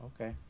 okay